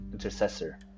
intercessor